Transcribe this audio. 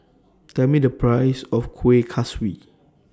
Tell Me The priceS of Kuih Kaswi